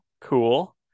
Cool